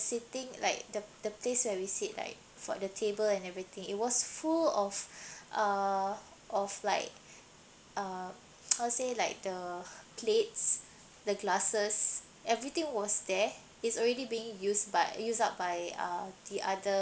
sitting like the the place where we sit like for the table and everything it was full of uh of like um how to say like the plates the glasses everything was there is already being used by use up by uh the other